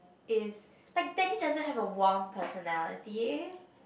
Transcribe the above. is like daddy doesn't have a warm personality